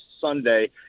Sunday